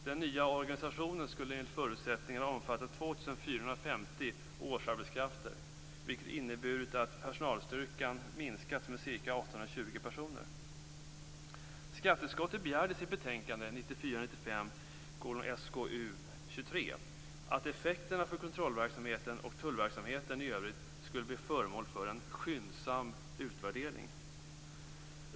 Den nya organisationen skulle enligt förutsättningarna omfatta 2 450 årsarbetskrafter, vilket inneburit att personalstyrkan minskat med ca 820 personer. 1994/95:SkU23 att effekterna för kontrollverksamheten och tullverksamheten i övrigt skulle bli föremål för en skyndsam utvärdering.